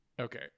okay